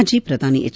ಮಾಜಿ ಪ್ರಧಾನಿ ಎಚ್